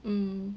mm